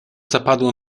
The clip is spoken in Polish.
zapadło